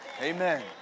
Amen